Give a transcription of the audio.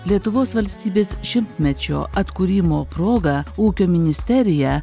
lietuvos valstybės šimtmečio atkūrimo proga ūkio ministerija